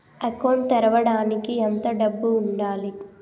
Account తెరవడానికి ఎంత డబ్బు ఉండాలి?